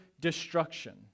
destruction